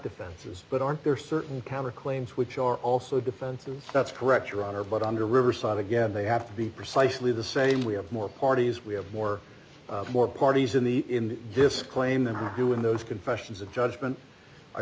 defenses but aren't there certain counter claims which are also defensive that's correct your honor but under riverside again they have to be precisely the same we have more parties we have more more parties in the in this claim than i do in those confessions of judgement i